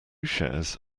shares